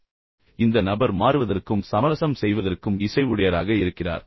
மறுபுறம் அந்த நபர் மாறுவதற்கும் சமரசம் செய்வதற்கும் இசைவுடையராக இருக்கிறார்